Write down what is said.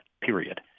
period